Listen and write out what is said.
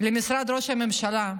למשרד ראש הממשלה,